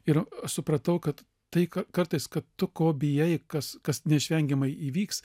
ir aš supratau kad tai kad kartais kad tu ko bijai kas kas neišvengiamai įvyks